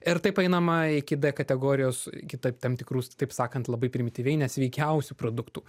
ir taip einama iki d kategorijos iki taip tam tikrų s taip sakant labai primityviai nesveikiausių produktų